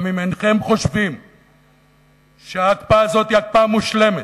גם אם אינכם חושבים שההקפאה הזאת היא הקפאה מושלמת,